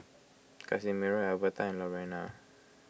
Casimiro Alverta and Lorena